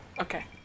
Okay